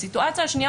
הסיטואציה השנייה,